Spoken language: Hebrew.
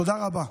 תודה רבה.